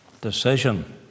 decision